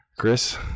Chris